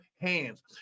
hands